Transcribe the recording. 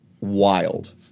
wild